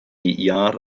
iâr